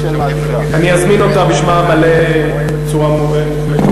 אני אזמין אותה בשמה המלא, בצורה מוחלטת.